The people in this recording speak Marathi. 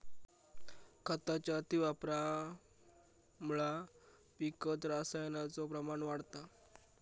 खताच्या अतिवापरामुळा पिकात रसायनाचो प्रमाण वाढता